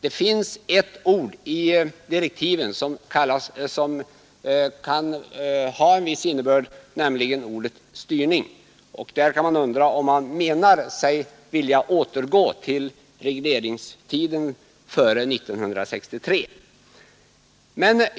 Det finns ett ord i direktiven som kan ha en viss innebörd här, nämligen ordet styrning. Är avsikten att vi skall återgå till det regleringssystem som vi hade före 1963?